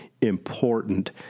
important